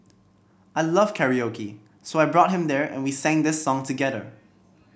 I love karaoke so I brought him there and we sang this song together